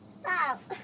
Stop